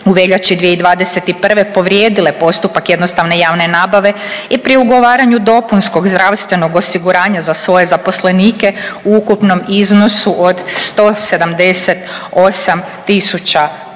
u veljači 2021. povrijedile postupak jednostavne javne nabave i pri ugovaranju dopunskog zdravstvenog osiguranja za svoje zaposlenike u ukupnom iznosu od 178.000 kuna.